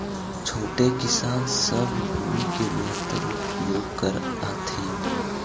छोटे किसान सब भूमि के बेहतर उपयोग कर हथिन